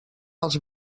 als